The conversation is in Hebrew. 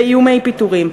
באיומי פיטורים,